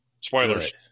Spoilers